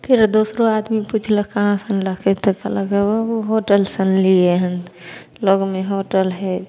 फेर दोसरो आदमी पुछलक कहाँसे आनलकै तऽ कहलक फल्लाँ ओ होटलसँ अनलिए हन लगमे होटल हइ